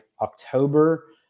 October